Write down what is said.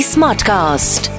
Smartcast